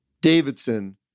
Davidson